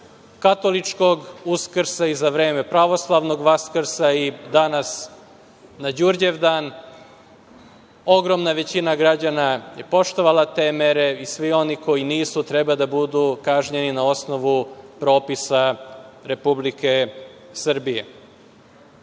katoličkog Uskrsa i za vreme pravoslavnog Vaskrsa i danas na Đurđevdan, ogromna većina građana je poštovala te mere i svi oni koji nisu treba da budu kažnjeni na osnovu propisa Republike Srbije. Imao